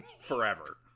forever